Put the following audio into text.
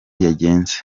yagenze